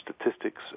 statistics